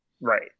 right